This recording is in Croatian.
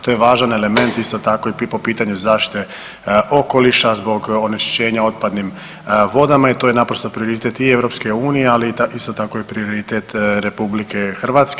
To je važan element isto tako i po pitanju zaštite okoliša zbog onečišćenja otpadnim vodama i to je naprosto prioritet i EU, ali isto tako i prioritet RH.